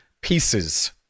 pieces